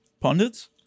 Pundits